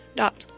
dot